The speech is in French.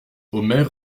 omer